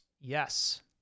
Yes